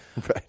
Right